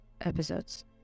episodes